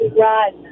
run